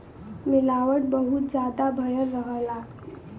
मिलावट बहुत जादा भयल रहला